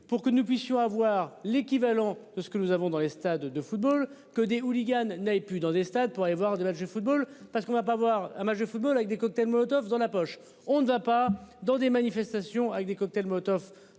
pour que nous puissions avoir l'équivalent de ce que nous avons dans les stades de football que des hooligans n'avait pu dans des stades pour aller voir des matchs de football parce qu'on a pas voir un match de football avec des cocktails Molotov dans la poche, on ne va pas dans des manifestations, avec des cocktails moto.